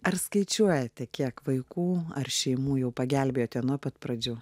ar skaičiuojate kiek vaikų ar šeimų jau pagelbėjote nuo pat pradžių